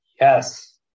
Yes